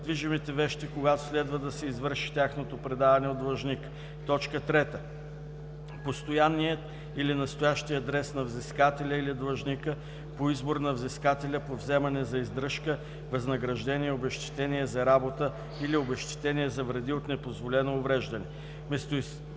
движимите вещи, когато следва да се извърши тяхното предаване от длъжника; 3. постоянният или настоящият адрес на взискателя или длъжника – по избор на взискателя по вземане за издръжка, възнаграждение и обезщетение за работа или обезщетение за вреди от непозволено увреждане;